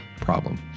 problem